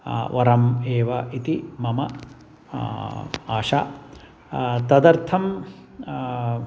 वरम् एव इति मम आशा तदर्थं